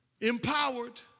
empowered